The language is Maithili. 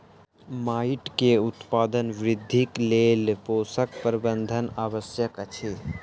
माइट के उत्पादन वृद्धिक लेल पोषक प्रबंधन आवश्यक अछि